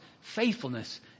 faithfulness